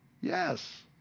Yes